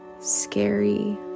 scary